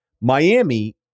Miami